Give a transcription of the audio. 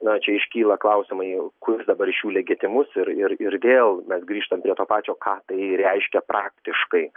na čia iškyla klausimai kuris dabar iš jų legitimus ir ir ir vėl mes grįžtam prie to pačio ką tai reiškia praktiškai